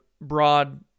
broad